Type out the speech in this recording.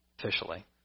officially